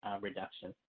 reduction